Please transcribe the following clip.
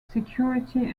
security